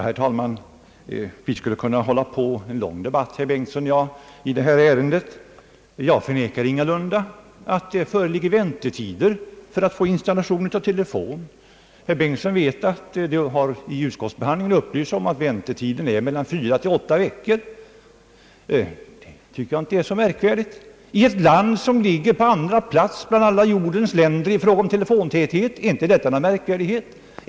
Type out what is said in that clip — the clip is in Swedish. Herr talman! Herr Bengtson och jag skulle kunna föra en lång debatt i detta ärende. Jag förnekar ingalunda att det föreligger väntetider för installation av telefon. Herr Bengtson vet att det under utskottsbehandlingen har upplysts om att väntetiden är 4—8 veckor. Det tycker jag inte är så märkligt i ett land som ligger på andra plats i världen i fråga om telefontäthet.